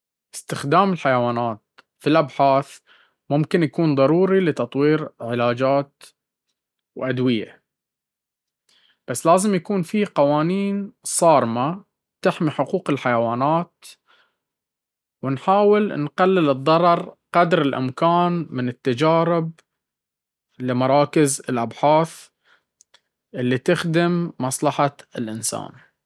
استخدام الحيوانات في الأبحاث ممكن يكون ضروري لتطوير علاجات وأدوية، بس لازم يكون فيه قوانين صارمة تحمي حقوق الحيوانات، ونحاول نقلل الضرر قدر الإمكان من التجارب لمراكز الأبحاث اللي تخدم مصلحة الإنسان,